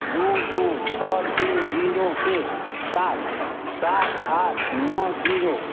दो दो छः तीन जीरो के साथ सात आठ नौ जीरो